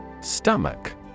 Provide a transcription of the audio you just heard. Stomach